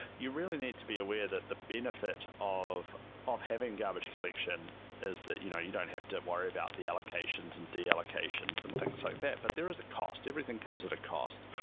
you really need to be aware that the benefit of of having garbage collection is that you know you don't have to worry about the allocations and de-allocations and things like that, but there is a cost. everything comes with a cost.